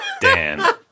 Dan